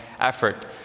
effort